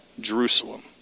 Jerusalem